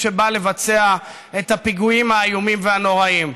שבא לבצע את הפיגועים האיומים והנוראיים.